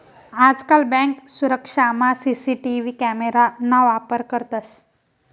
आजकाल बँक सुरक्षामा CCTV camera ना वापर करतंस